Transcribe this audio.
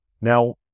Now